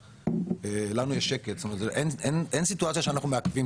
לנו יש שקט ככל שאנחנו יוצאים מהשטח.